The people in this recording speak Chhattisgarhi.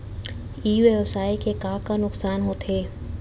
ई व्यवसाय के का का नुक़सान होथे?